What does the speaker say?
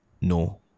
No